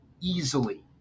easily